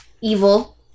evil